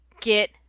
get